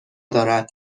دارد